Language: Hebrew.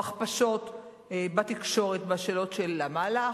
או הכפשות בתקשורת בשאלות של "למה הלכת"